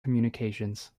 communications